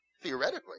theoretically